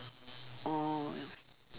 oh